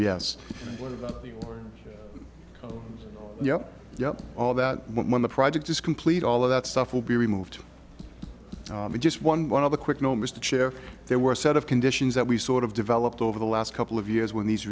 yes yeah yeah all that when the project is complete all of that stuff will be removed just one one other quick note mr chair there were a set of conditions that we sort of developed over the last couple of years when these